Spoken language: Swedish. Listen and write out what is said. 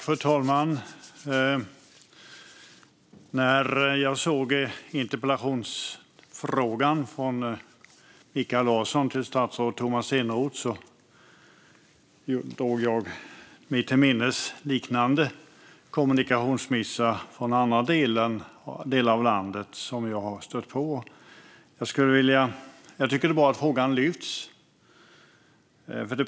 Fru talman! När jag såg interpellationen från Mikael Larsson till statsrådet Tomas Eneroth drog jag mig till minnes liknande kommunikationsmissar från andra delar av landet som jag har stött på. Det är bra att frågan lyfts upp.